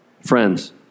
Friends